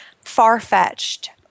far-fetched